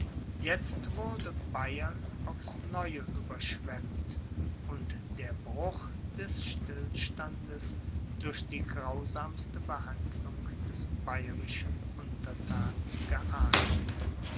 jetzt wurde bayern aufs neue überschwemmt und der bruch des stillstandes durch die grausamste behandlung des bayerischen unterthans geahndet